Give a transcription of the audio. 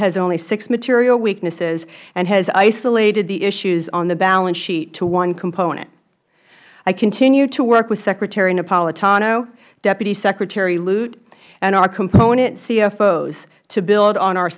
has only six material weaknesses and has isolated the issues on the balance sheet to one component i continue to work with secretary napolitano deputy secretary lute and our component cfos to build on our